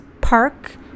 Park